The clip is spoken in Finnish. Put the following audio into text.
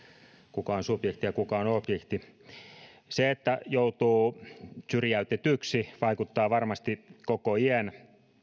kuka on subjekti ja kuka on objekti se että joutuu syrjäytetyksi vaikuttaa varmasti koko iän